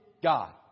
God